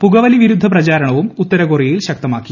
പുകവലി വിരുദ്ധ പ്രചാരണവും ഉത്തര കൊറിയയിൽ ശക്തമാക്കി